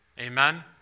Amen